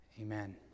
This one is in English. Amen